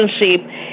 relationship